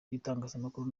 bw’itangazamakuru